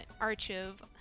Archive